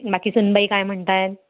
बाकी सुनबाई काय म्हणत आहेत